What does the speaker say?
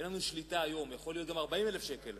אין לנו שליטה, יכול להיות גם 40,000 שקל.